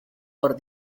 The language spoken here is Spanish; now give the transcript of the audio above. por